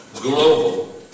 global